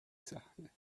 سخته